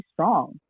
strong